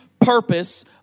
purpose